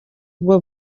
ubwo